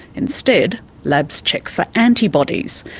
instead labs check for antibodies.